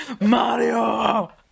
Mario